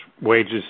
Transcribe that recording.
wages